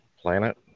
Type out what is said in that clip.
planet